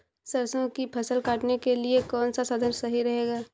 सरसो की फसल काटने के लिए कौन सा साधन सही रहेगा?